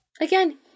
again